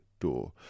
door